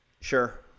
Sure